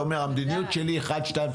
אני אומר- המדיניות שלי 1,2,3,4.